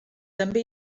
també